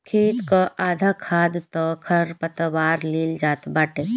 खेत कअ आधा खाद तअ खरपतवार लील जात बाटे